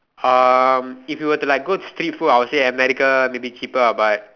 um if you were to like go to street food I would say America maybe cheaper ah but